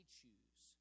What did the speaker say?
choose